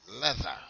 leather